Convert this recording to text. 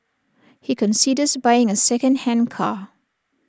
he considers buying A secondhand car